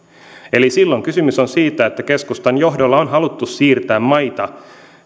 eli silloin kysymys on siitä että keskustan johdolla on haluttu siirtää maita